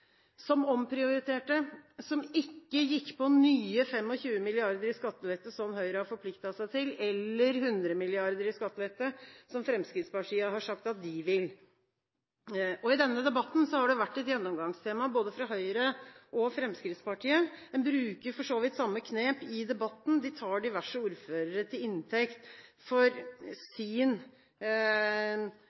som omprioriterte, og som ikke gikk på nye 25 mrd. kr i skattelette, som Høyre hadde forpliktet seg til – eller 100 mrd. kr i skattelette, som Fremskrittspartiet har sagt at de ville ha. I denne debatten har det vært et gjennomgangstema fra både Høyre og Fremskrittspartiet, og man bruker for så vidt samme knep: Man tar diverse ordførere til inntekt for